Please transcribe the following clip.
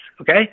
okay